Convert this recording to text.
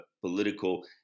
political